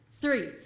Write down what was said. three